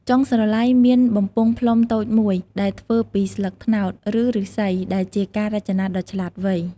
ចុងស្រឡៃមានបំពង់ផ្លុំតូចមួយដែលធ្វើពីស្លឹកត្នោត ឬឫស្សី ដែលជាការរចនាដ៏ឆ្លាតវៃ។